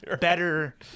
better